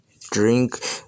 drink